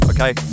Okay